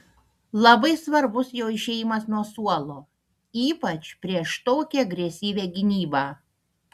labai svarbus jo išėjimas nuo suolo ypač prieš tokią agresyvią gynybą